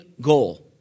goal